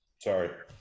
Sorry